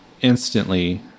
instantly